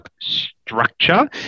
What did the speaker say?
structure